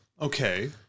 Okay